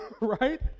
right